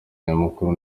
nyamukuru